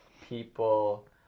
people